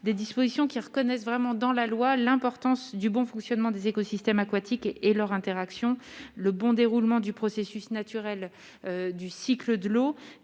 des dispositions qui reconnaissent vraiment dans la loi l'importance du bon fonctionnement des écosystèmes aquatiques et leur interaction le bon déroulement du processus naturel du cycle de l'eau